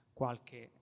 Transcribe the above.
qualche